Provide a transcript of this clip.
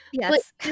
Yes